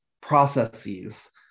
processes